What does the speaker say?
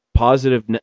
Positive